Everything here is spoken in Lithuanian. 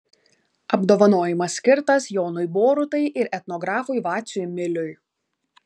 apdovanojimas skirtas jonui borutai ir etnografui vaciui miliui